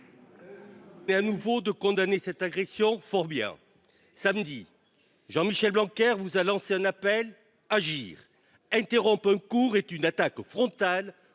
de nouveau cette agression ; fort bien ! Samedi, Jean Michel Blanquer vous a lancé un appel à agir. Interrompre un cours est une attaque frontale